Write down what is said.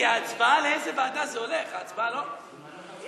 אז זה הולך לוועדת הכנסת ישירות.